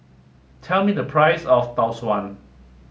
tell me the price of Tau Suan